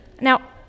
Now